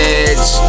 edge